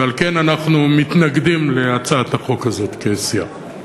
ועל כן אנחנו מתנגדים להצעת החוק הזאת כסיעה.